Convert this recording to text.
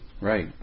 right